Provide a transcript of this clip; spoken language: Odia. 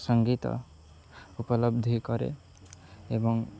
ସଙ୍ଗୀତ ଉପଲବ୍ଧି କରେ ଏବଂ